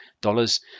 dollars